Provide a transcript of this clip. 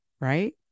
right